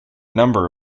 number